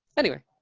anyway,